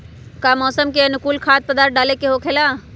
का मौसम के अनुकूल खाद्य पदार्थ डाले के होखेला?